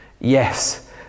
Yes